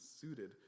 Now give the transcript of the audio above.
suited